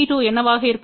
P2என்னவாக இருக்கும்